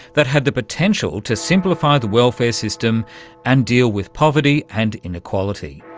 that had the potential to simplify the welfare system and deal with poverty and inequality.